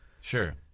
Sure